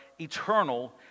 eternal